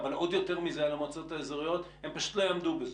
אבל עוד יותר מזה על המועצות האזוריות הם פשוט לא יעמדו בזה.